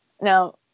now